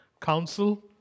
Council